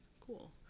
cool